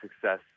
success